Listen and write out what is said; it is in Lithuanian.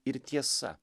ir tiesa